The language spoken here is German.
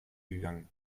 gegangen